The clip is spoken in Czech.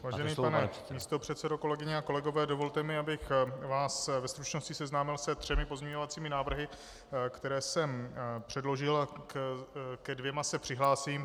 Vážený pane místopředsedo, kolegyně a kolegové, dovolte mi, abych vás ve stručnosti seznámil se třemi pozměňovacími návrhy, které jsem předložil, a ke dvěma se přihlásím.